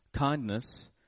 Kindness